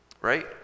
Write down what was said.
right